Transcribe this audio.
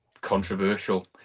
Controversial